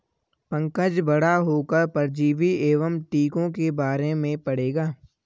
पंकज बड़ा होकर परजीवी एवं टीकों के बारे में पढ़ेगा